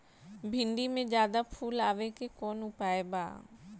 भिन्डी में ज्यादा फुल आवे के कौन उपाय बा?